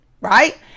right